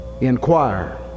inquire